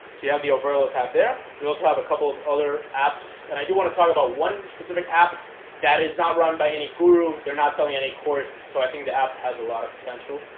so you have the over a little tab there we also have a couple of other apps and i do want to talk about one specific app that is not run by any guru. they're not selling any course. so i think the app has a lot of potential